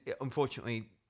unfortunately